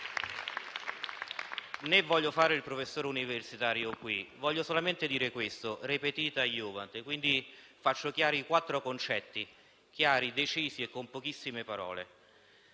qui voglio fare il professore universitario. Io voglio solamente dire questo: *repetita iuvant*. Quindi, espongo quattro concetti, chiari decisi e con pochissime parole: